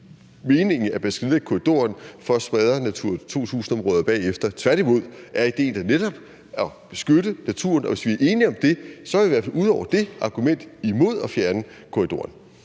meningen, at man skal nedlægge korridoren for at bagefter at smadre Natura 2000-områder. Tværtimod er idéen vel netop at beskytte naturen. Og hvis vi er enige om det, er vi i hvert fald ude over det argument imod at fjerne korridoren.